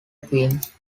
queens